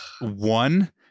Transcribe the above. one